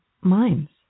minds